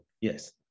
Yes